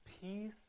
peace